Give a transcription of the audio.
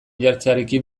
jartzearekin